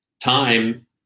time